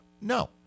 No